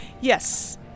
Yes